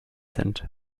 sind